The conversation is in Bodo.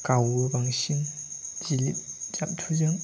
गावो बांसिन जिलिद साथुजों